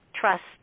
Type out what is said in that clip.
trust